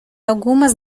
algumas